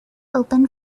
open